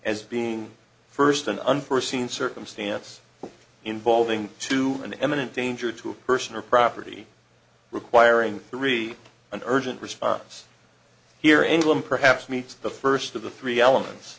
as being first an unforeseen circumstance involving to an eminent danger to a person or property requiring three an urgent response here and one perhaps meets the first of the three elements